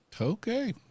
Okay